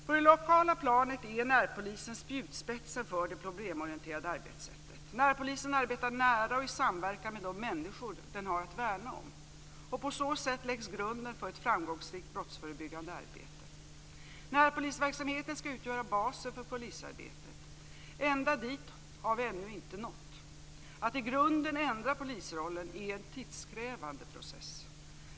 På det lokala planet är närpolisen spjutspetsen för det problemorienterade arbetssättet. Närpolisen arbetar nära och i samverkan med de människor den har att värna om. På så sätt läggs grunden för ett framgångsrikt brottsförebyggande arbete. Närpolisverksamheten skall utgöra basen för polisarbetet. Ända dit har vi ännu inte nått. Att i grunden ändra polisrollen är en tidskrävande process.